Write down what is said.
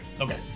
Okay